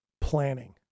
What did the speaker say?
planning